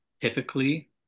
typically